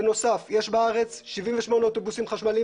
בנוסף יש בארץ 78 אוטובוסים חשמליים